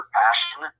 passion